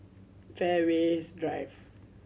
Fairways Drive